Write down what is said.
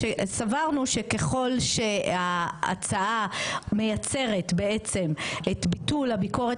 סברנו שככל ההצעה מייצרת את ביטול הביקורת